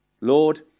Lord